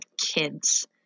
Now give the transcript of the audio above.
kids